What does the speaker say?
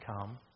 come